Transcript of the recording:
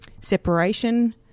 separation